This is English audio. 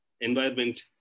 environment